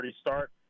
start